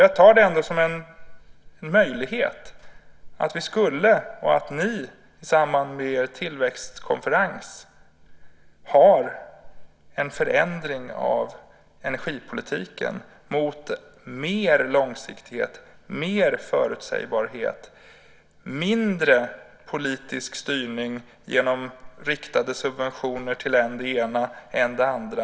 Jag ser det ändå som en möjlighet att ni i samband med er tillväxtkonferens kan få en förändring av energipolitiken mot mer långsiktighet, mer förutsägbarhet och mindre politisk styrning genom riktade subventioner till än det ena än det andra.